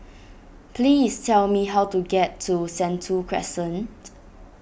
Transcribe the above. please tell me how to get to Sentul Crescent